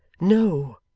no,